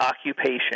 occupation